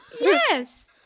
Yes